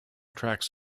tracks